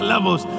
Levels